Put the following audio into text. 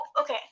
okay